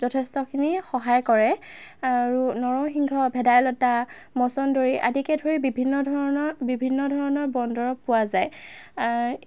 যথেষ্টখিনি সহায় কৰে আৰু নৰসিংহ ভেদাইলতা মচন্দৰি আদিকে ধৰি বিভিন্ন ধৰণৰ বিভিন্ন ধৰণৰ বনদৰৱ পোৱা যায়